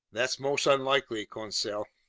that's most unlikely, conseil.